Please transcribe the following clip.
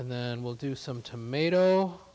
and then we'll do some tomato